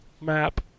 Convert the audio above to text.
map